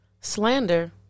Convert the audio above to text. Slander